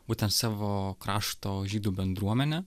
būtent savo krašto žydų bendruomenę